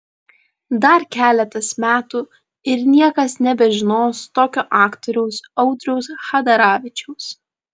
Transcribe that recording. dar keletas metų ir niekas nebežinos tokio aktoriaus audriaus chadaravičiaus